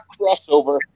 crossover